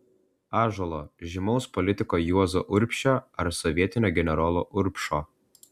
ąžuolo žymaus politiko juozo urbšio ar sovietinio generolo urbšo